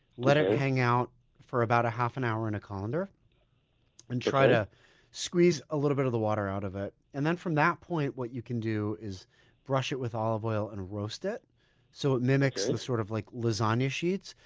let it hang out for about a half an hour in a colander and try to squeeze a little bit of the water out of it. and then, from that point, what you can do is brush it with olive oil and roast it so it mimics the sort of like lasagna sheets.